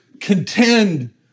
contend